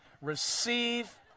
Receive